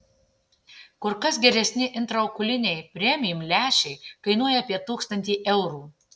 kur kas geresni intraokuliniai premium lęšiai kainuoja apie tūkstantį eurų